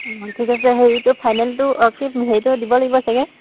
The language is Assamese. অঁ ঠিক আছে হেৰিটো ফাইনেলটো অ কি হেৰিটো দিব লাগিব চাগে